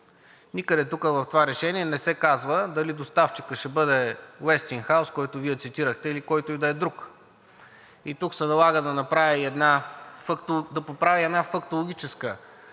Никъде тук в това решение не се казва дали доставчикът ще бъде „Уестингхаус“, който Вие цитирахте, или който и да е друг. И тук се налага да поправя една фактологическа